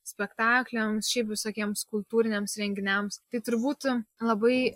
spektakliams šiaip visokiems kultūriniams renginiams tai turbūt labai